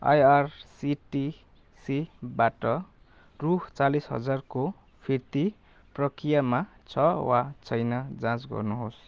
आइआरसिटिसीबाट रु चालिस हजारको फिर्ती प्रक्रियामा छ वा छैन जाँच गर्नुहोस्